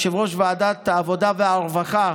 יושב-ראש ועדת העבודה והרווחה,